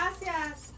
gracias